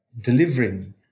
delivering